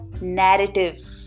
narrative